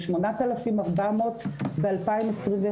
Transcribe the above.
8,400 ב-2021.